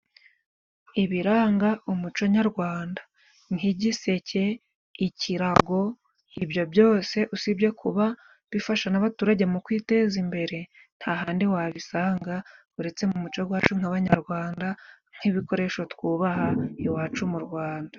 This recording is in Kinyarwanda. Ibiranga umuco nyarwanda nk'igiseke, ikirango ibyo byose usibye kuba bifasha n'abaturage mu kwiteza imbere. Nta handi wabisanga uretse mu muco gwacu nk'abanyarwanda, nk'ibikoresho twubaha iwacu mu Rwanda.